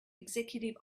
executive